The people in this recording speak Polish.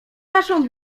naszą